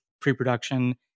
pre-production